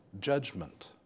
judgment